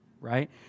right